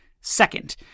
Second